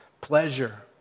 pleasure